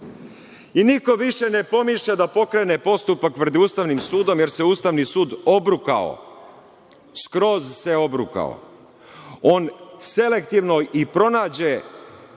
I, niko više ne pomišlja da pokrene postupak pred Ustavnim sudom, jer se Ustavni sud obrukao, skroz se obrukao. On selektivno i pronađe